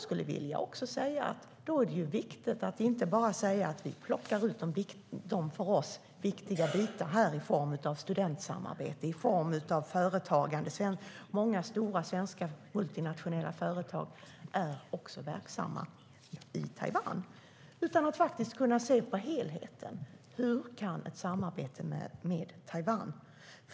Det är viktigt att vi inte bara plockar ut de för oss bästa bitarna i form av studentsamarbete och företagande - många stora svenska multinationella företag är verksamma i Taiwan - utan att vi ser helheten och hur vi kan fördjupa ett samarbete med Taiwan.